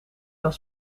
kan